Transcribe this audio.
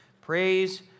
praise